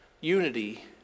unity